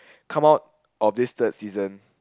come out of this third season